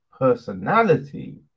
personality